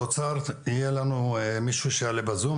באוצר יהיה לנו מישהו שיעלה בזום,